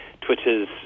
Twitter's